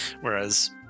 Whereas